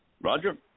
Roger